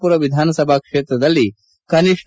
ಪುರ ವಿಧಾನಸಭಾ ಕ್ಷೇತ್ರದಲ್ಲಿ ಕನಿಷ್ಟ